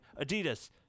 Adidas